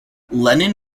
lenin